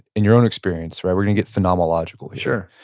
in your own experience? right? we're gonna get phenomenological here.